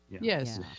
Yes